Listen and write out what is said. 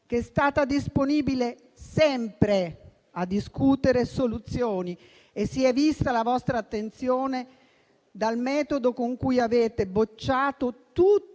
che è stata disponibile sempre a discutere soluzioni. Si è vista la vostra attenzione dal metodo con cui avete bocciato tutti